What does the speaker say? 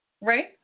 Right